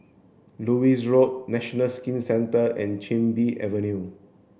Lewis Road National Skin Centre and Chin Bee Avenue